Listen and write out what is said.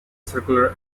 circular